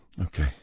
Okay